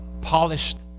polished